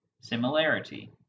similarity